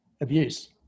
abuse